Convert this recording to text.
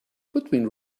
between